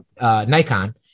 Nikon